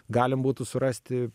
galim būtų surasti